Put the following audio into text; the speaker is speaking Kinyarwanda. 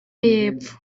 y’epfo